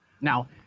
Now